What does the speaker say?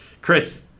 Chris